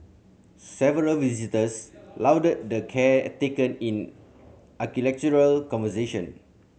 several visitors lauded the care taken in conversation